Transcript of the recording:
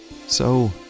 So